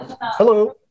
Hello